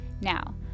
Now